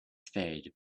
spade